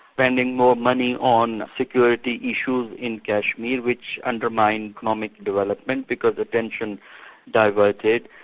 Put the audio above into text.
spending more money on security issues in kashmir, which undermines economic development because attention diverted,